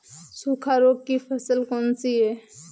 सूखा रोग की फसल कौन सी है?